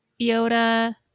Yoda